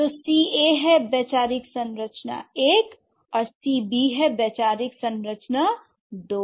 तो Ca है वैचारिक संरचना 1 C b है वैचारिक संरचना २